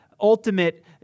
ultimate